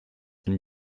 and